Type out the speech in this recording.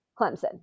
Clemson